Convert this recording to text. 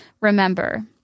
remember